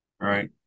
right